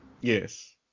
yes